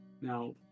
Now